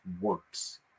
works